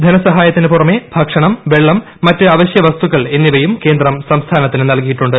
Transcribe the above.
്ധ്നസഹായത്തിന് പുറമെ ഭക്ഷണം വെള്ളം മറ്റ് അവശ്യ പ്പസ്തൂക്കൾ എന്നിവയും കേന്ദ്രം സംസ്ഥാനത്തിന് നൽകിയിട്ടുണ്ട്